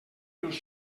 els